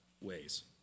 ways